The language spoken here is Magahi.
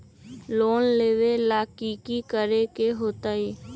लोन लेबे ला की कि करे के होतई?